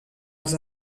els